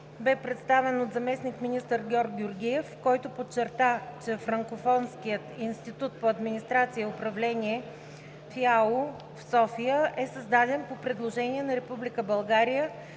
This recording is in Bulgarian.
бе представен от заместник-министър Георг Георгиев, който подчерта, че Франкофонският институт по администрация и управление (ФИАУ) в София е създаден по предложение на Република